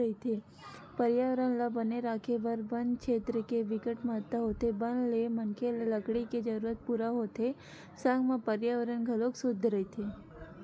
परयाबरन ल बने राखे बर बन छेत्र के बिकट महत्ता होथे बन ले मनखे ल लकड़ी के जरूरत पूरा होथे संग म परयाबरन घलोक सुद्ध रहिथे